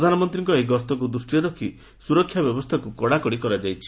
ପ୍ରଧାନମନ୍ତ୍ରୀଙ୍କ ଏହି ଗସ୍ତକୁ ଦୂଷ୍ଟିରେ ରଖି ସୁରକ୍ଷା ବ୍ୟବସ୍ଥାକୁ କଡ଼ାକଡ଼ି କରାଯାଇଛି